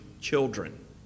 children